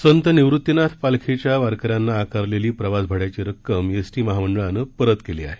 संत निवृत्तीनाथांची पालखीच्या वारकऱ्यांना आकारलेली प्रवास भाड्याची रक्कम एसटी महामंडळानं परत केली आहे